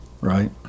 Right